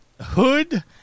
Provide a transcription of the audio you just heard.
Hood